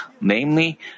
namely